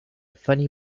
funny